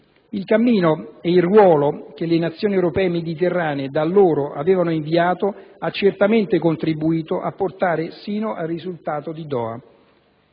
Il cammino e il ruolo che le Nazioni europee "mediterranee" da allora avevano avviato hanno certamente contribuito a portare sino al risultato di Doha.